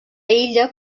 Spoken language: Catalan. illa